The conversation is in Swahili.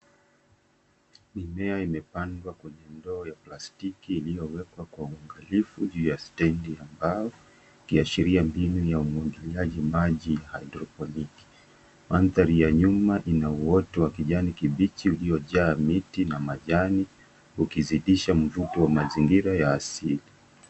Mimea imepandwa kwenye ndoo ya plastiki iliyowekwa kwa uangalifu juu ya stendi ya mbao, ikiashiria mbinu ya umwagiliaji maji ya hydroponiki. Mandhari ya nyuma ina uoto wa kijani kibichi uliojaa miti na majani, ukizidisha mvuto wa mazingira ya asili.